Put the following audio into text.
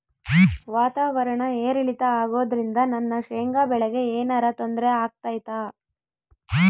ವಾತಾವರಣ ಏರಿಳಿತ ಅಗೋದ್ರಿಂದ ನನ್ನ ಶೇಂಗಾ ಬೆಳೆಗೆ ಏನರ ತೊಂದ್ರೆ ಆಗ್ತೈತಾ?